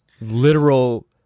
literal